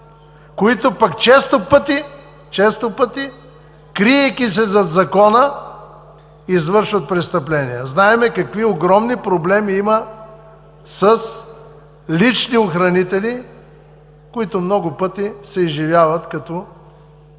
които често пъти, криейки се зад Закона, извършват престъпления? Знаем какви огромни проблеми има с лични охранители, които много пъти се изживяват като хора,